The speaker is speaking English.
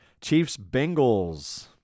Chiefs-Bengals